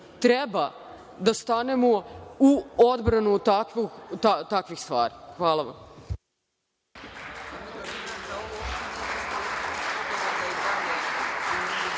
treba da stanemo u odbranu takvih stvari. **Veroljub